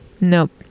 Nope